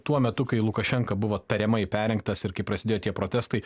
tuo metu kai lukašenka buvo tariamai perrinktas ir kai prasidėjo tie protestai